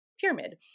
pyramid